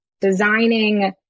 Designing